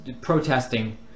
protesting